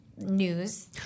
news